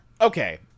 Okay